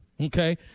Okay